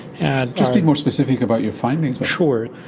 and just be more specific about your findings. sure.